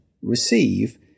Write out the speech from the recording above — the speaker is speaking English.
Receive